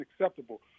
unacceptable